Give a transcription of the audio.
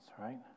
right